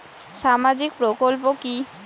সামাজিক প্রকল্প কি?